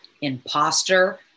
imposter